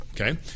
Okay